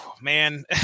man